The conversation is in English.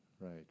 Right